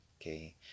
okay